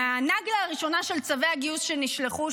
מהנגלה הראשונה של צווי הגיוס שנשלחו,